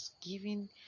giving